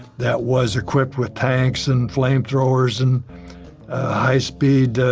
that was equipped with tanks and flame throwers and high-speed